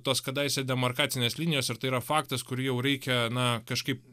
tos kadaise demarkacinės linijos ir tai yra faktas kurį jau reikia na kažkaip